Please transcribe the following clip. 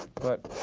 but